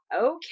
Okay